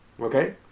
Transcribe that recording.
okay